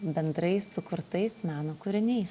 bendrai sukurtais meno kūriniais